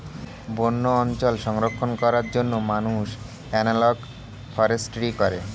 বন্য অঞ্চল সংরক্ষণ করার জন্য মানুষ এনালগ ফরেস্ট্রি করে